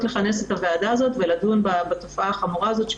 לכנס את הוועדה הזו ולדון בתופעה החמורה הזו שהיא